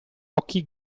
occhi